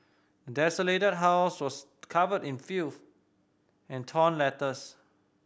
desolated house was covered in filth and torn letters